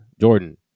Jordan